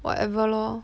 whatever lor